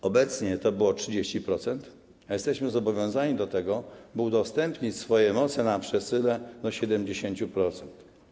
Do tej pory to było 30%, a jesteśmy zobowiązani do tego, by udostępnić swoje moce na przesyle do 70%.